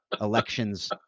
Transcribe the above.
elections